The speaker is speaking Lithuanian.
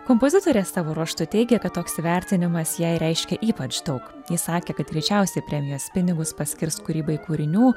kompozitorė savo ruožtu teigė kad toks įvertinimas jai reiškia ypač daug ji sakė kad greičiausiai premijos pinigus paskirs kūrybai kūrinių